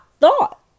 thought